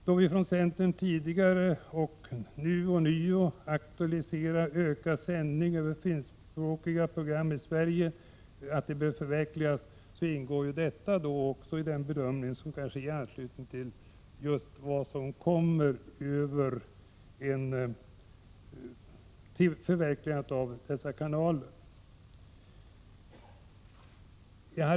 Då vi från centern tidigare aktualiserat och nu ånyo aktualiserar ökad sändning med finskspråkiga program i Sverige ingår också detta i den bedömning som skall ske i anslutning till vad som kommer ut genom ett förverkligande av dessa kanaler.